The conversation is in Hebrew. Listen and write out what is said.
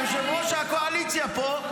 ראש הקואליציה פה,